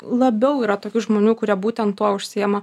labiau yra tokių žmonių kurie būtent tuo užsiima